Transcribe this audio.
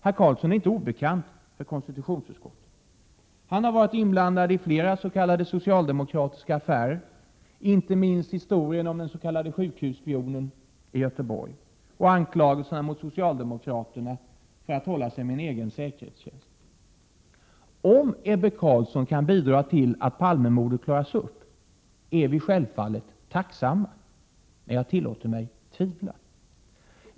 Herr Carlsson är inte obekant för konstitutionsutskottet. Han har varit inblandad i flera socialdemokratiska s.k. affärer, inte minst historien med den s.k. sjukhusspionen i Göteborg och anklagelserna mot socialdemokraterna för att hålla sig med en egen säkerhetstjänst. Om Ebbe Carlsson kan bidra till att Palmemordet klaras upp är vi självfallet tacksamma, men jag tillåter mig tvivla.